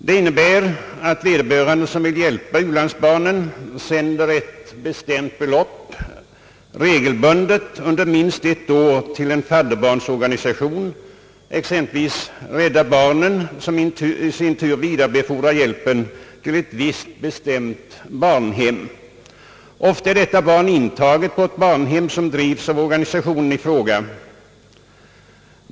Det innebär att de som vill hjälpa u-landsbarn sänder ett bestämt belopp regelbundet under minst ett år till en fadderbarnsorganisation, exempelvis Rädda barnen, som i sin tur vidarebefordrar hjälpen till ett visst bestämt barn. Ofta är detta barn intaget på ett barnhem som drivs av organisationen i fråga.